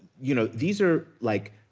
you know these are, like,